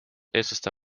eestlaste